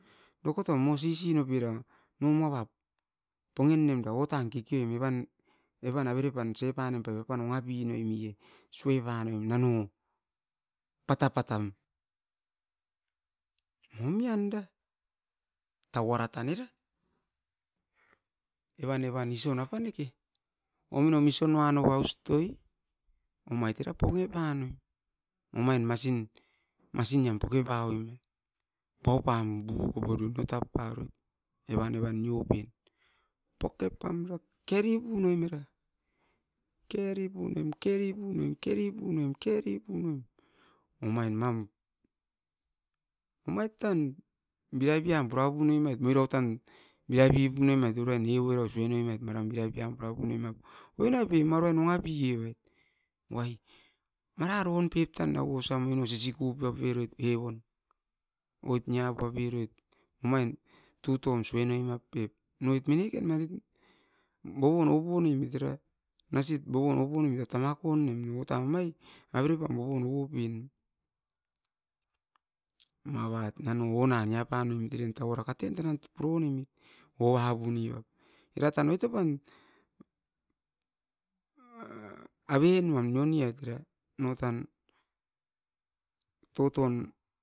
Tauara tam era, ision apaneke, ominom iision nanoa, omain era ponge poim. Pokepam keri punoim era, keri punoim tan omain toton ongo pam minekera nasin era keripum tamakap paon pura punoimait ma ne moino oit purevait, wa moino minekera nasit bovon oupano pet tama kaap punim, ona niop pam tan. Sueane mait. Kumit oran toton moira vairan.